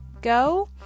go